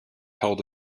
held